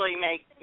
make